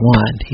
one